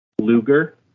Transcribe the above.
Luger